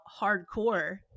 hardcore